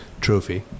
Trophy